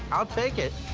i'll take it.